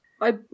I-